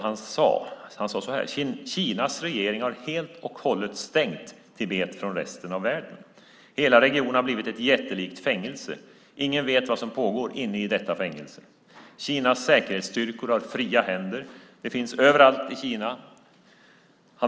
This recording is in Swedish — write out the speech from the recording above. Han sade så här: Kinas regering har helt och hållet stängt Tibet från resten av världen. Hela regionen har blivit ett jättelikt fängelse. Ingen vet vad som pågår inne i detta fängelse. Kinas säkerhetsstyrkor har fria händer. De finns överallt i Kina.